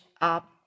up